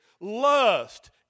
lust